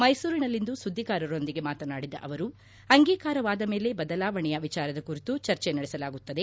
ಮೈಸೂರಿನಲ್ಲಿಂದು ಸುದ್ದಿಗಾರರೊಂದಿಗೆ ಮಾತನಾಡಿದ ಅವರು ಅಂಗೀಕಾರವಾದ ಮೇಲೆ ಬದಲಾವಣೆಯ ವಿಜಾರದ ಕುರಿತು ಚರ್ಚೆ ನಡೆಸಲಾಗುತ್ತದೆ